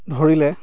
ধৰিলে